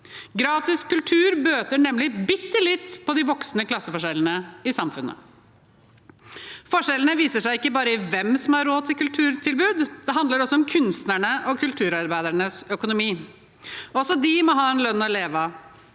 Gratis kultur bøter nemlig bitte litt på de voksende klasseforskjellene i samfunnet. Forskjellene viser seg ikke bare i hvem som har råd til kulturtilbud; det handler også om kunstnerne og kulturarbeidernes økonomi. Også de må ha en lønn som er